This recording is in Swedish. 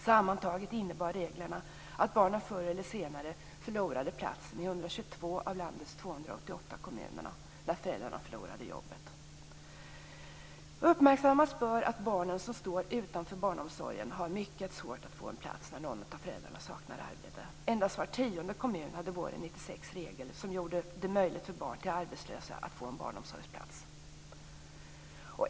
Sammantaget innebär reglerna att barnen förr eller senare förlorade platsen i 122 av landets 288 kommuner när föräldrarna förlorade jobbet. Uppmärksammas bör att de barn som står utanför barnomsorgen har mycket svårt att få en plats när någon av föräldrarna saknar arbete. Endast var tionde kommun hade våren 1996 regler som gjorde det möjligt för barn till arbetslösa att få en barnomsorgsplats.